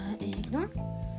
ignore